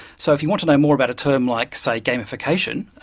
so if you want to know more about a term like, say, gamification,